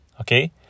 okay